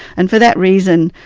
and for that reason,